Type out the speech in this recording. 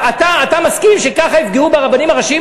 אתה מסכים שככה יפגעו ברבנים הראשיים,